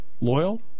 loyal